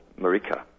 Marika